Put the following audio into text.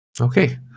Okay